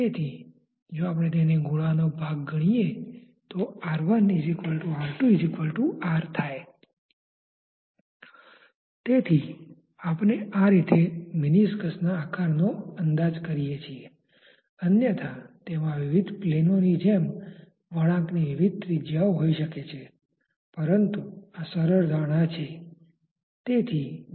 તેથી બળ શોધવા માટે આપણે સમજી શકીએ છીએ કે આપણને રેખીય વેગમાત્રા સંરક્ષણની જરૂર પડી શકે છે કારણ કે બળ શામેલ છે